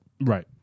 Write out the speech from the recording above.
Right